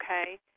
okay